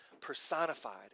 personified